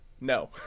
No